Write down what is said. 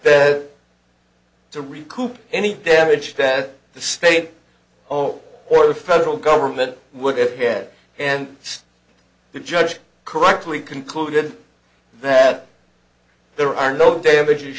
that to recoup any damage that the state all or the federal government would have had and the judge correctly concluded that there are no damages